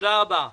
תודה רבה.